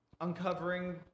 uncovering